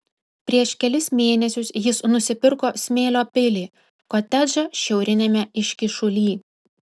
prieš kelis mėnesius jis nusipirko smėlio pilį kotedžą šiauriniame iškyšuly